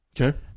Okay